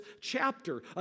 chapter